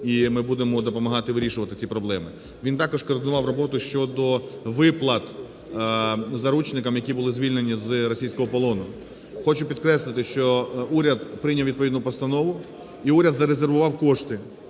І ми будемо допомагати вирішувати ці проблеми. Він також координував роботу щодо виплат заручникам, які були звільнені з російського полону. Хочу підкреслити, що уряд прийняв відповідну постанову, і уряд зарезервував кошти,